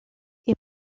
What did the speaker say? est